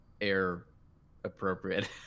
air-appropriate